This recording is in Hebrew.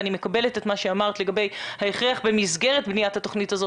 אני מקבלת את מה שאמרת לגבי ההכרח במסגרת בניית התוכנית הזאת